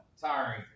tiring